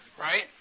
right